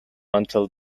until